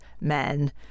men